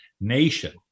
nation